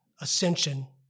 ascension